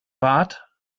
bart